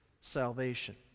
salvation